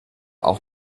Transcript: auch